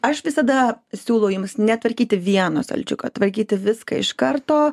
aš visada siūlau jums netvarkyti vieno stalčiuko tvarkyti viską iš karto